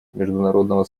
международного